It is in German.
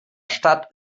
stadt